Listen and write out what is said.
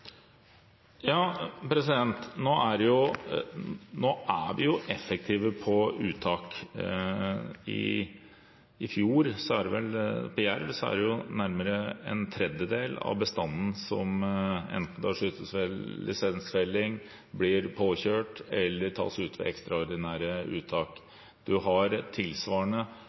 Nå er vi jo effektive med hensyn til uttak. I fjor var det nærmere en tredjedel av bestanden av jerv som enten ble skutt ved lisensfelling, ble påkjørt eller ble tatt ut ved ekstraordinære uttak. En har tilsvarende